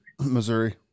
Missouri